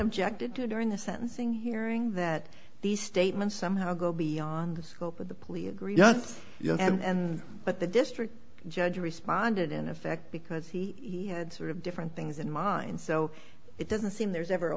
objected to during the sentencing hearing that these statements somehow go beyond the scope of the plea agreement you know and but the district judge responded in effect because he had sort of different things in mind so it doesn't seem there's ever a